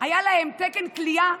היה "תקן כליאה"